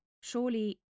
surely